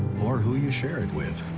or who you share it with,